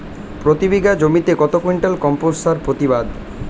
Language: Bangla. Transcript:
প্রতি বিঘা জমিতে কত কুইন্টাল কম্পোস্ট সার প্রতিবাদ?